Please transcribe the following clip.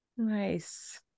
Nice